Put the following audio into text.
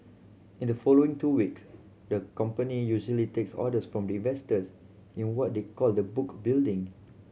in the following two week the company usually takes orders from investors in what is called the book building